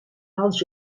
als